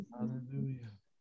Hallelujah